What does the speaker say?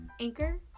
Anchor